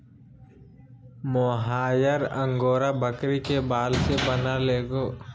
mohair angora बकरी के बाल से बनल एगो कपड़ा या धागा होबैय हइ